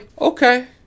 okay